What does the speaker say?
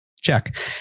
check